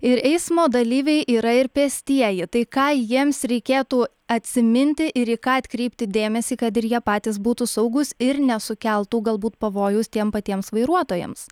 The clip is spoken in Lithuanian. ir eismo dalyviai yra ir pėstieji tai ką jiems reikėtų atsiminti ir į ką atkreipti dėmesį kad ir jie patys būtų saugūs ir nesukeltų galbūt pavojaus tiem patiems vairuotojams